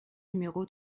numéro